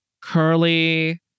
curly